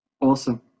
Awesome